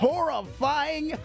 Horrifying